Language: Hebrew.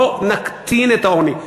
לא נקטין את העוני.